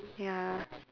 ya